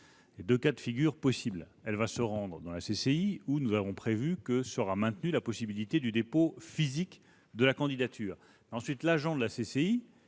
le site internet, elle se rendra dans la CCI, où nous avons prévu que serait maintenue la possibilité du dépôt physique de la candidature. Ensuite, l'agent de la CCI